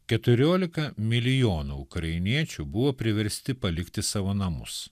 keturiolika milijonų ukrainiečių buvo priversti palikti savo namus